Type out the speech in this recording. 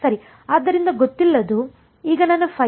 ಆದ್ದರಿಂದ ಗೊತ್ತಿಲ್ಲದು ಈಗ ನನ್ನ ϕn